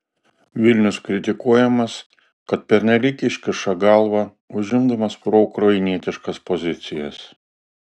vilnius kritikuojamas kad pernelyg iškiša galvą užimdamas proukrainietiškas pozicijas